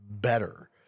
better